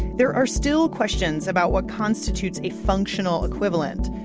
there are still questions about what constitutes a functional equivalent.